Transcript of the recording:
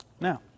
Now